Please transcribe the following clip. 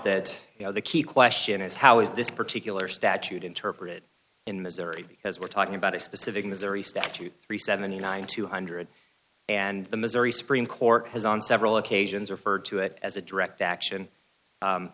that you know the key question is how is this particular statute interpreted in missouri because we're talking about a specific missouri statute three hundred and seventy nine thousand two hundred and the missouri supreme court has on several occasions referred to it as a direct action